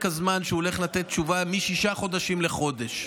הזמן שבו הוא הולך לתת תשובה משישה חודשים לחודש.